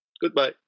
Goodbye